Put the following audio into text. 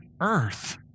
earth